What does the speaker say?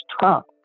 Trump